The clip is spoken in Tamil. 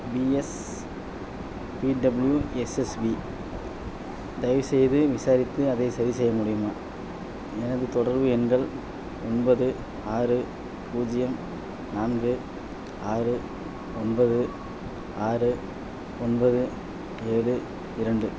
பிஎஸ்பிடபிள்யூஎஸ்எஸ்பி தயவுசெய்து விசாரித்து அதை சரி செய்ய முடியுமா எனது தொடர்பு எண்கள் ஒன்பது ஆறு பூஜ்ஜியம் நான்கு ஆறு ஒன்பது ஆறு ஒன்பது ஏழு இரண்டு